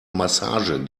massage